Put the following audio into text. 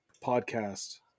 podcast